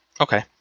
Okay